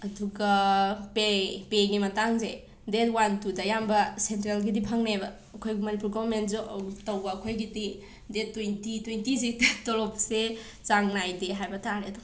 ꯑꯗꯨꯒ ꯄꯦ ꯄꯦꯒꯤ ꯃꯇꯥꯡꯁꯦ ꯗꯦꯠ ꯋꯥꯟ ꯇꯨꯗ ꯑꯌꯥꯝꯕ ꯁꯦꯟꯇ꯭ꯔꯦꯜꯒꯤꯗꯤ ꯐꯪꯅꯩꯕ ꯑꯩꯈꯣꯏ ꯃꯅꯤꯄꯨꯔ ꯒꯣꯔꯃꯦꯟ ꯖꯣꯕ ꯇꯧꯕ ꯑꯩꯈꯣꯏꯒꯤꯗꯤ ꯗꯦꯠ ꯇꯣꯏꯟꯇꯤ ꯇꯣꯏꯟꯇꯤꯁꯤ ꯇꯣꯂꯣꯞꯁꯦ ꯆꯥꯡ ꯅꯥꯏꯗꯦ ꯍꯥꯏꯕ ꯇꯥꯔꯦ ꯑꯗꯨꯝ